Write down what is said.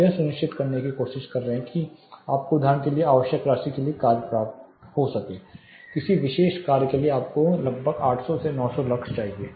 आप यह सुनिश्चित करने की कोशिश कर रहे हैं कि आपको उदाहरण के लिए आवश्यक राशि के लिए कार्य प्रकाश प्राप्त हो किसी विशेष कार्य के लिए आपको लगभग 800 से 900 लक्स चाहिए